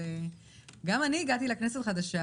גם אני הגעתי לכנסת חדשה